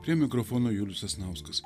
prie mikrofono julius sasnauskas